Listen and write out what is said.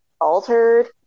altered